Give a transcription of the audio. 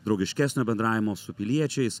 draugiškesnio bendravimo su piliečiais